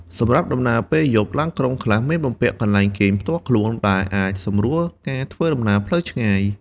សម្រាប់ដំណើរពេលយប់ ឡានក្រុងខ្លះមានបំពាក់កន្លែងគេងផ្ទាល់ខ្លួនដែលអាចសម្រួលការធ្វើដំណើរផ្លូវឆ្ងាយ។